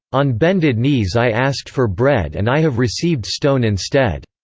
on bended knees i asked for bread and i have received stone instead.